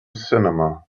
cinema